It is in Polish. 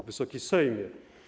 Wysoki Sejmie!